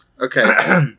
Okay